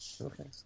Okay